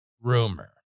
rumor